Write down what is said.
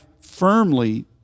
firmly